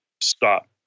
stop